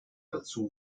dazu